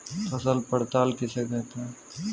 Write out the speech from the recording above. फसल पड़ताल किसे कहते हैं?